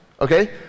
okay